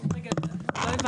רגע לא הבנתי,